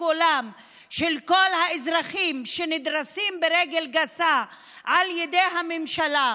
קולם של כל האזרחים שנדרסים ברגל גסה על ידי הממשלה,